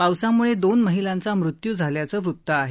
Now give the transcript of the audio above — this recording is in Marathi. पावसामूळे दोन महिलांचा मृत्यू झाल्याचं वृत आहे